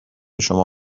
شما